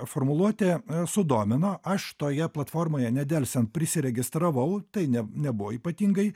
formuluotė sudomino aš toje platformoje nedelsiant prisiregistravau tai ne nebuvo ypatingai